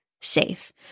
safe